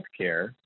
healthcare